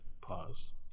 pause